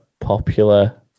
popular